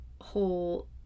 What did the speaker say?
whole